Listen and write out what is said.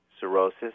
cirrhosis